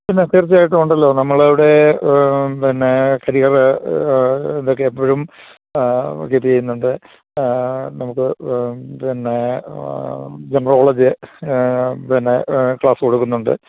പിന്നെ തീർച്ചയായിട്ടും ഉണ്ടല്ലോ നമ്മൾ അവിടെ പിന്നെ കരിയറ് ഇതൊക്കെ എപ്പോഴും കീപ്പ് ചെയ്യുന്നുണ്ട് നമുക്ക് പിന്നെ ജെൻറൽ നോളജ് പിന്നെ ക്ലാസ്സ് കൊടുക്കുന്നുണ്ട്